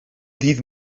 ddydd